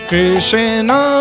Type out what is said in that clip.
Krishna